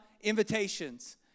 invitations